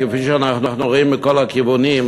כפי שאנחנו רואים מכל הכיוונים,